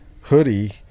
hoodie